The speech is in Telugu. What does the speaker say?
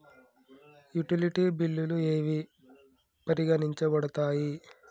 యుటిలిటీ బిల్లులు ఏవి పరిగణించబడతాయి?